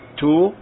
two